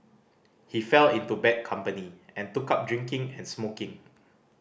he fell into bad company and took up drinking and smoking